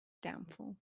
downfall